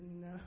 no